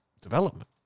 development